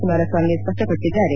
Kumaraswamy ಸ್ಪಪ್ಪಪಡಿಸಿದ್ದಾರೆ